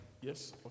Yes